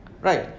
right